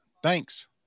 Thanks